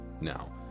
Now